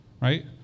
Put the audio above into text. right